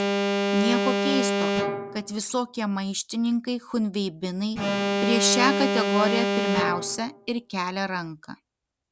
nieko keisto kad visokie maištininkai chunveibinai prieš šią kategoriją pirmiausia ir kelia ranką